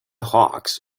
hawks